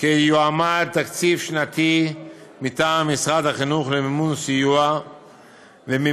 כי יועמד תקציב שנתי מטעם משרד החינוך למימון סיוע עבור